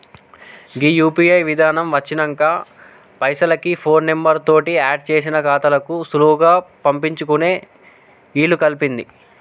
గీ UPI విధానం వచ్చినంక పైసలకి ఫోన్ నెంబర్ తోటి ఆడ్ చేసిన ఖాతాలకు సులువుగా పంపించుకునే ఇలుకల్పింది